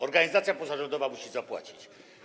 Organizacja pozarządowa musi tyle zapłacić.